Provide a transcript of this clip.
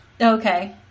Okay